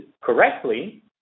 correctly